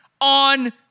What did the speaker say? on